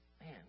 man